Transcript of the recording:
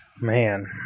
Man